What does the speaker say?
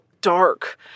dark